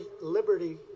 liberty